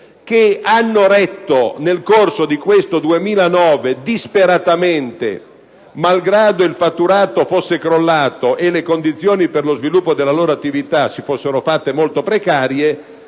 che nel corso di questo 2009 hanno retto disperatamente, malgrado il fatturato fosse crollato e le condizioni per lo sviluppo della loro attività si fossero fatte molto precarie,